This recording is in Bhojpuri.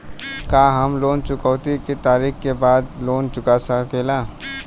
का हम लोन चुकौती के तारीख के बाद लोन चूका सकेला?